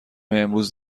امروز